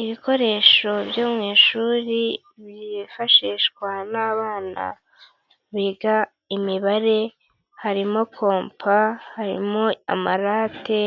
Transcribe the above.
Ibikoresho byo mu ishuri byifashishwa n'abana biga imibare, harimo kompa, harimo amarate